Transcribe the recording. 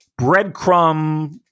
breadcrumb